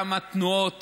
גם התנועות